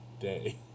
day